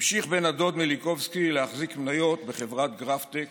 המשיך בן הדוד מיליקובסקי להחזיק מניות בחברת גרפטק